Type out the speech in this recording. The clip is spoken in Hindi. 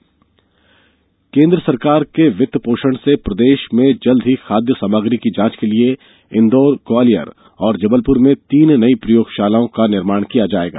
खाद्य सुरक्षा बैठक केन्द्र सरकार के वित्त पोषण से प्रदेश में शीघ्र ही खाद्य सामग्री की जाँच के लिये इंदौर ग्वालियर एवं जबलपुर में तीन नई प्रयोगशालाओं का निर्माण किया जाएगा